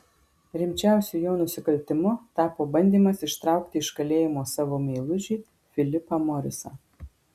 rimčiausiu jo nusikaltimu tapo bandymas ištraukti iš kalėjimo savo meilužį filipą morisą